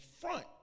front